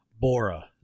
Bora